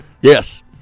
Yes